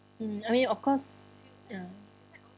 mm I mean of course ya